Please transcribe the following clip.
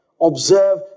Observe